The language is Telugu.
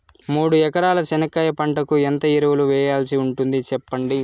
మూడు ఎకరాల చెనక్కాయ పంటకు ఎంత ఎరువులు వేయాల్సి ఉంటుంది సెప్పండి?